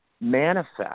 manifest